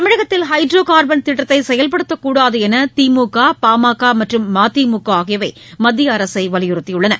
தமிழகத்தில் hydrocarbon திட்டத்தை செயல்படுத்தக்கூடாது என்று திமுக பாமக மற்றம் மதிமுக மத்திய அரசை வலியுறுத்தியுள்ளன